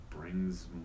brings